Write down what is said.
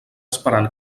esperant